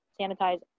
sanitize